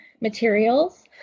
materials